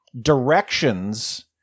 directions